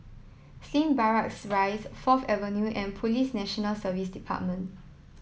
Slim Barracks Rise Fourth Avenue and Police National Service Department